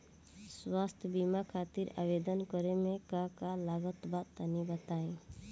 स्वास्थ्य बीमा खातिर आवेदन करे मे का का लागत बा तनि बताई?